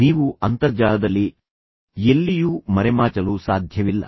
ನೀವು ಅಂತರ್ಜಾಲದಲ್ಲಿ ಎಲ್ಲಿಯೂ ಮರೆಮಾಚಲು ಸಾಧ್ಯವಿಲ್ಲ